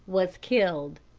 was killed.